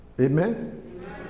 Amen